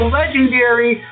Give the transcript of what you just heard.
legendary